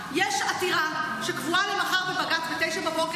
יש עתירה שקבועה למחר בבג"ץ ב- 09:00,